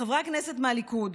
חברי הכנסת מהליכוד,